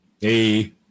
Hey